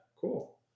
cool